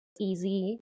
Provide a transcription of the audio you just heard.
easy